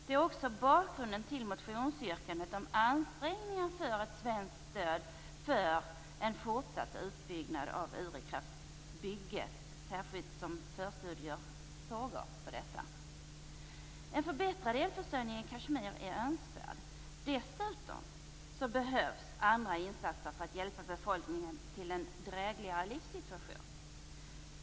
Det är också bakgrunden till motionsyrkandet om ansträngningar för ett svenskt stöd för en fortsatt utbyggnad av Urikraftbygget, särskilt som förstudier pågår om detta. En förbättrad elförsörjning i Kashmir är önskvärd. Dessutom behövs det andra insatser för att hjälpa befolkningen till en dräglig livssituation.